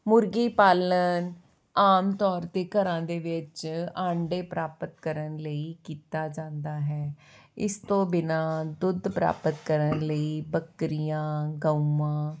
ਮੁਰਗੀ ਪਾਲਣ ਆਮ ਤੌਰ 'ਤੇ ਘਰਾਂ ਦੇ ਵਿੱਚ ਆਂਡੇ ਪ੍ਰਾਪਤ ਕਰਨ ਲਈ ਕੀਤਾ ਜਾਂਦਾ ਹੈ ਇਸ ਤੋਂ ਬਿਨ੍ਹਾਂ ਦੁੱਧ ਪ੍ਰਾਪਤ ਕਰਨ ਲਈ ਬੱਕਰੀਆਂ ਗਊਆਂ